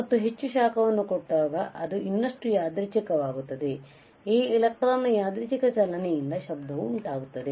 ಮತ್ತು ಹೆಚ್ಚು ಶಾಖವನ್ನು ಕೊಟ್ಟಾಗ ಅದು ಇನ್ನಷ್ಟು ಯಾದೃಚ್ಛಿಕವಾಗುತ್ತದೆ ಈ ಎಲೆಕ್ಟ್ರಾನ್ ನ ಯಾದೃಚ್ಛಿಕ ಚಲನೆಯಿಂದಾಗಿ ಶಬ್ದ ಉಂಟಾವುದು